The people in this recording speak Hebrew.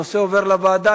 הנושא עובר לוועדה.